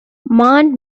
mann